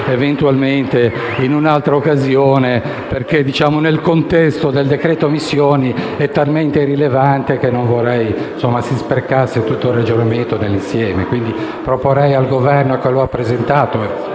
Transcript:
eventualmente, in un'altra occasione, perché nel contesto del decreto missioni è talmente irrilevante che non vorrei si sprecasse tutto il ragionamento nell'insieme. Proporrei quindi al Governo, che lo ha presentato